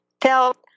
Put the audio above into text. felt